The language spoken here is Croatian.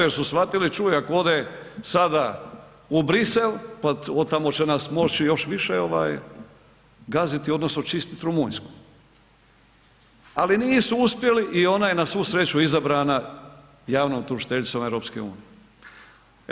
Jer su shvatili, čuj, ako ode sada u Bruxelles, od tamo će nas moći još više gaziti odnosno čistiti Rumunjsku ali nisu uspjeli i ona je na svu sreću izabrana javnom tužiteljicom EU-a.